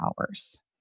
hours